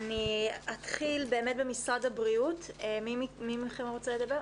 אני אתחיל במשרד הבריאות, מי מכם רוצה לדבר?